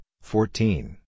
fourteen